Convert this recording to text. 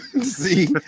See